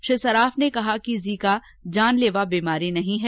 श्री सराफ ने कहा कि जीका जानलेवा बीमारी नहीं है